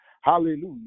Hallelujah